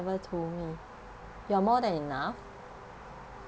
told me you are more than enough